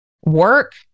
work